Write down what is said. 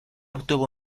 obtuvo